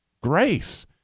grace